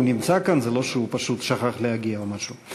הוא נמצא כאן, זה לא שהוא פשוט שכח להגיע או משהו.